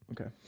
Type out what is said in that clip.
Okay